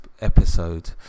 episode